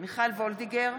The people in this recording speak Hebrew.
מיכל וולדיגר,